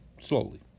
Slowly